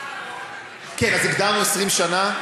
אז הגדרנו 20 שנה.